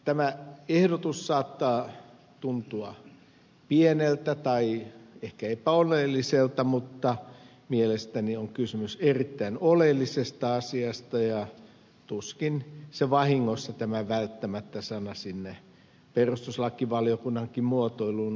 tämä ehdotus saattaa tuntua pieneltä tai ehkä epäoleelliselta mutta mielestäni on kysymys erittäin oleellisesta asiasta ja tuskin se vahingossa tämä välttämättä sana sinne perustuslakivaliokunnankin muotoiluun on eksynyt